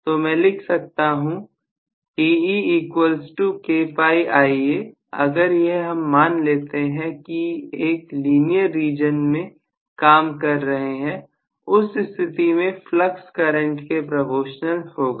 तो मैं इसे लिख सकता हूं Te kφIa अगर हम यह माने कि हम एक लीनियर रीजन में काम कर रहे हैं उस परिस्थिति में फ्लक्स करंट के प्रपोशनल होगा